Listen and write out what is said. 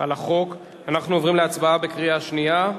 לחוק אנחנו עוברים להצבעה בקריאה שנייה.